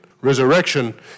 Resurrection